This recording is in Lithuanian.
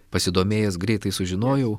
pasidomėjęs greitai sužinojau